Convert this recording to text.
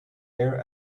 air